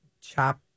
chop